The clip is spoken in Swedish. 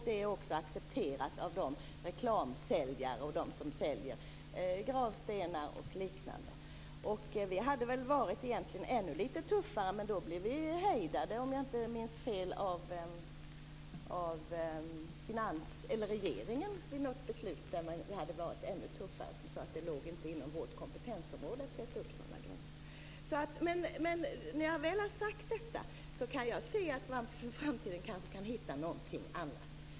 Det är också accepterat av reklamsäljare och dem som säljer gravstenar och liknande. Vi hade nog varit ännu litet tuffare, men blev hejdade, om jag inte minns fel, av regeringen inför ett beslut. Man sade att det inte låg inom vårt kompetensområde att sätta upp sådana gränser. När jag väl har sagt detta kan jag se att man inför framtiden kanske kan hitta någonting annat.